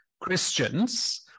Christians